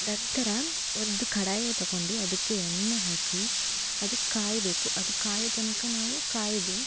ನಂತರ ಒಂದು ಕಡಾಯ ತಕೊಂಡು ಅದಕ್ಕೆ ಎಣ್ಣೆ ಹಾಕಿ ಅದು ಕಾಯಬೇಕು ಅದು ಕಾಯೋ ತನಕ ನಾವು ಕಾಯ್ದು